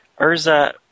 Urza